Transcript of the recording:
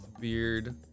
beard